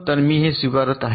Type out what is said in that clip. तर मी हे स्वीकारत आहे